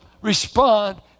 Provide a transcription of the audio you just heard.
respond